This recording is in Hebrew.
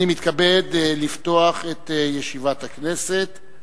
אני מתכבד לפתוח את ישיבת הכנסת.